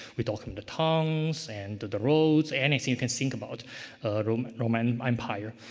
with all um the towns and the roads, anything you can think about roman roman empire.